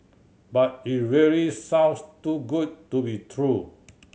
but it really sounds too good to be true